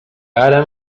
ara